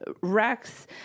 rex